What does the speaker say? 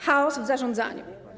Chaos w zarządzaniu.